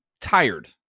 tired